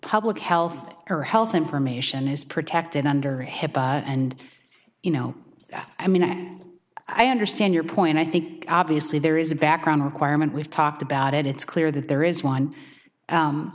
public health her health information is protected under head and you know that i mean i understand your point i think obviously there is a background requirement we've talked about and it's clear that there is one